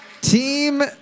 Team